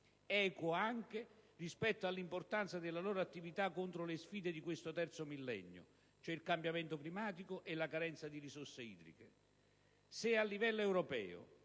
equo anche rispetto all'importanza della loro attività contro le sfide di questo terzo millennio, cioè il cambiamento climatico e la carenza di risorse idriche.